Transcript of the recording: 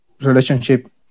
relationship